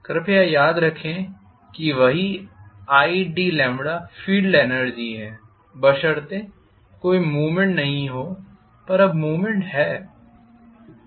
कृपया याद रखें id वही फील्ड एनर्जी है बशर्ते कोई मूवमेंट नहीं हो पर अब मूवमेंट है